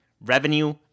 revenue